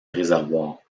réservoir